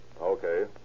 Okay